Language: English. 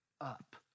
up